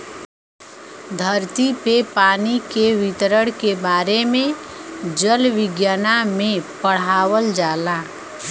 धरती पे पानी के वितरण के बारे में जल विज्ञना में पढ़ावल जाला